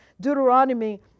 deuteronomy